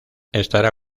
estará